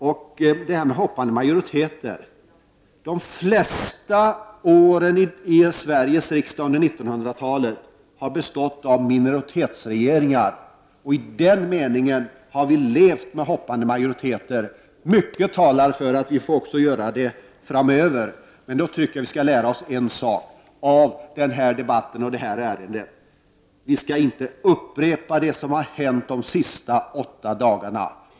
Men om hoppande majoriteter gäller att under de flesta åren under 1900-talet har Sverige haft minoritetsregeringar. I den meningen har vi levt med hoppande majoriteter. Mycket talar för att vi får göra det också framöver. Men då tycker jag vi skall lära oss en sak av detta ärende och denna debatt: Vi bör inte upprepa det som hänt de senaste åtta dagarna.